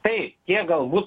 taip jie galbūt